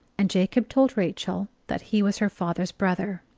and jacob told rachel that he was her father's brother.